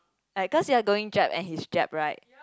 like cause you are going jap and he's jap right